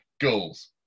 Goals